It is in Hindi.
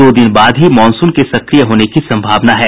दो दिन बाद ही मॉनसून के सक्रिय होने की सम्भावना है